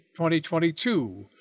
2022